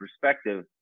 perspective